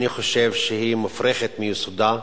אני חושב שהיא מופרכת מיסודה.